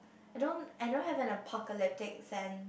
I don't I don't have an apocalyptic sense